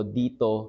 dito